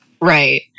right